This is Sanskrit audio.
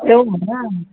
एवं वा